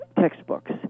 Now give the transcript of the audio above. textbooks